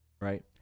right